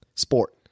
sport